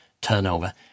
turnover